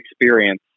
experience